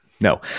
no